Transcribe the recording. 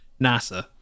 NASA